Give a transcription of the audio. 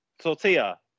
Tortilla